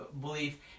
belief